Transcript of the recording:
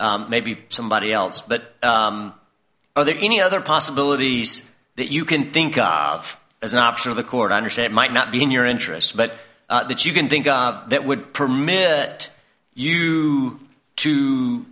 maybe somebody else but are there any other possibilities that you can think of as an option of the court understand it might not be in your interests but that you can think that would permit you to